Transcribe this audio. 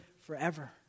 forever